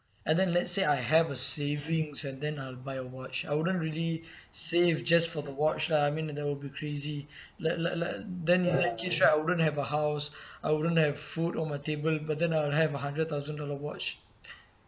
and then let say I have a savings and then I'll buy a watch I wouldn't really save just for the watch lah I mean that will be crazy like like like then in thirties right I wouldn't have a house I wouldn't have food on the table but then I'll have a hundred thousand dollar watch